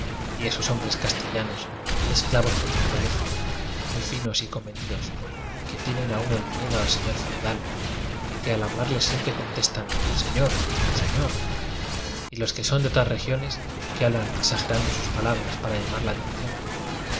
y esos hombres castellanos esclavos por naturaleza rnuy finos y comedidos que tienen aun el miedo al señor feudal y que al hablarles siempre contestan señor se ñor y los que son de otras regiones que hablan exagerando sus palabras para lla mar la atención